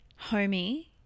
Homie